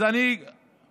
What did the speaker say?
אז אני אומר,